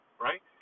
right